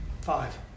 five